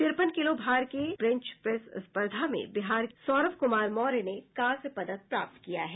तिरपन किलो भार के ब्रेंचप्रेस स्पर्धा में बिहार के सौरभ कुमार मौर्य ने कांस्य पदक प्राप्त किया है